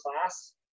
class